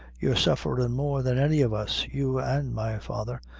you're sufferin' more than any of us, you an' my father,